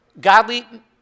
godly